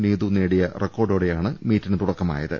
നീതു നേടിയ റെക്കോ ഡോടെയാണ് മീറ്റിന് തുടക്കമായത്